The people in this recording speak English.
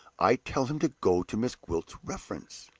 i tell him to go to miss gwilt's reference.